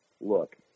look